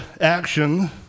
action